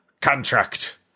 contract